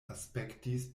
aspektis